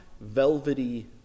velvety